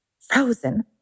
Frozen